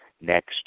next